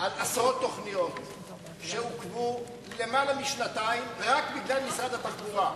על עשרות תוכניות שעוכבו למעלה משנתיים רק בגלל משרד התחבורה.